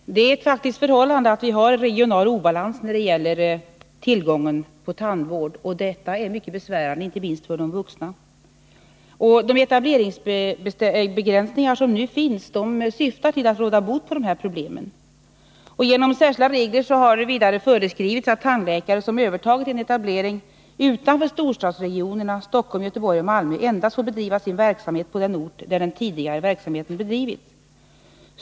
Herr talman! Det är ett faktiskt förhållande att vi har regional obalans när det gäller tillgången på tandvård, och det är mycket besvärande, inte minst för de vuxna. De etableringsbegränsningar som nu finns syftar till att råda bot på dessa problem. Genom särskilda regler har vidare föreskrivits att tandläkare som övertagit ett etableringstillstånd utanför storstadsregionerna Stockholm, Göteborg och Malmö får bedriva sin verksamhet endast på den ort där den tidigare verksamheten bedrivits.